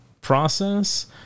process